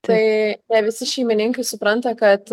tai ne visi šeimininkai supranta kad